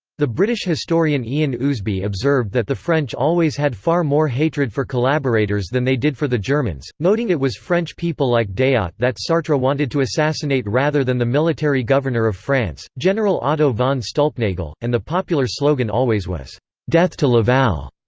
the british historian ian ousby observed that the french always had far more hatred for collaborators than they did for the germans, noting it was french people like deat ah that sartre wanted to assassinate rather than the military governor of france, general otto von stulpnagel, and the popular slogan always was death to laval!